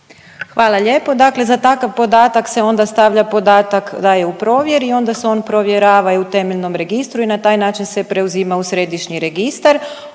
Hvala lijepo. Dakle, za takav podatak se onda stavlja podatak da je u provjeri i onda se on provjerava i u temeljnom registru i na taj način se preuzima u središnji registar.